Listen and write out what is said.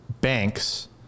banks